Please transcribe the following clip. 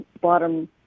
bottom